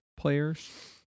players